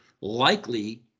likely